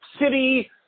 City